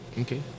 okay